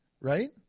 Right